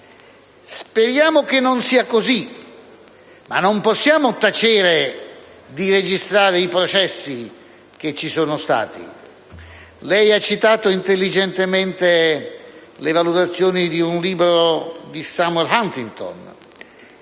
Speriamo che non sia così, ma non possiamo fare a meno di registrare i processi che ci sono stati. Lei, onorevole Ministro, ha citato intelligentemente le valutazioni di un libro di Samuel Huntington.